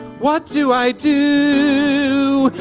what do i do?